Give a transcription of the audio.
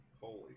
Holy